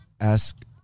ask